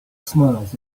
smiles